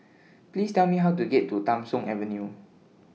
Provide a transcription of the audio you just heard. Please Tell Me How to get to Tham Soong Avenue